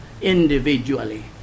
individually